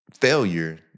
failure